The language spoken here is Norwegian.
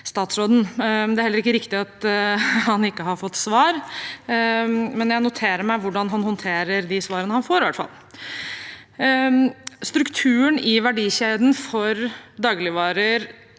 statsråden. Det er heller ikke riktig at han ikke har fått svar, men jeg noterer meg i hvert fall hvordan han håndterer de svarene han får. Strukturen i verdikjeden for dagligvarer